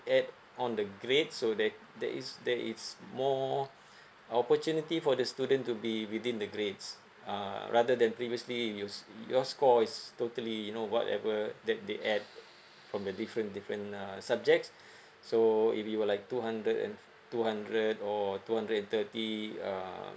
add on the grade so there there is there is more opportunity for the student to be within the grades uh rather than previously use your score is totally you know whatever that they add from the different different uh subjects so if you were like two hundred and two hundred or two hundred and thirty uh